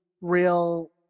real